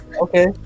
Okay